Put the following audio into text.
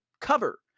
cover